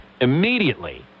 immediately